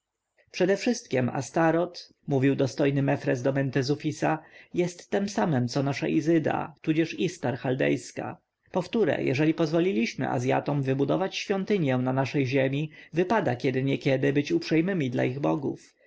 przedewszystkiem astoreth mówił dostojny mefres do mentezufisa jest tem samem co nasza izyda tudzież istar chaldejska powtóre jeżeli pozwoliliśmy azjatom wybudować świątynię na naszej ziemi wypada kiedy niekiedy być uprzejmymi dla ich bogów